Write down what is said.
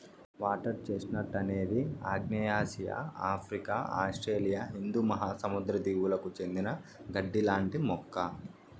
water chestnut అనేది ఆగ్నేయాసియా, Africa, Australia హిందూ మహాసముద్ర దీవులకు చెందిన గడ్డి లాంటి మొక్క